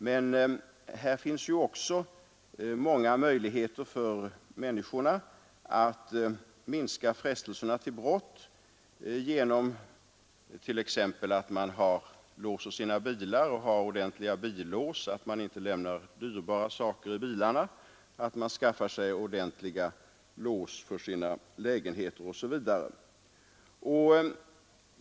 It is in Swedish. Det finns ju många möjligheter för människorna att minska frestelserna till brott genom att man t.ex. låser sina bilar och har ordentliga billås, att man inte lämnar dyrbara saker i bilarna, att man skaffar sig ordentliga lås för sina lägenheter osv.